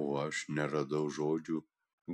o aš neradau žodžių